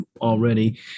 already